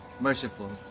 merciful